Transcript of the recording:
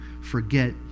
forget